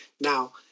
Now